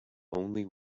only